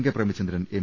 K Premachandran M